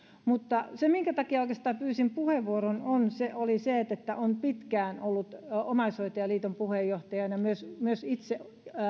mutta se minkä takia oikeastaan pyysin puheenvuoron oli se että että olen pitkään ollut omaishoitajaliiton puheenjohtajana myös myös itse